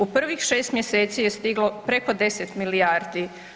U prvih 6 mjeseci je stiglo preko 10 milijardi.